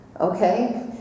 Okay